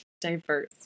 diverse